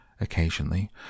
Occasionally